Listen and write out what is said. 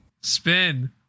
spin